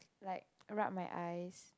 like rub my eyes